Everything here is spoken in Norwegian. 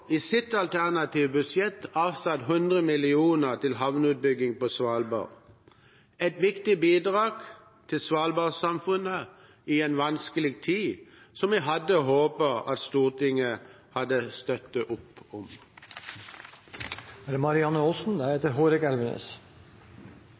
i sitt alternative budsjett avsatt 100 mill. kr til havneutbygging på Svalbard – et viktig bidrag til svalbardsamfunnet i en vanskelig tid, som vi hadde håpet Stortinget hadde støttet opp om. Da